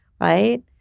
right